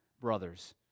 brothers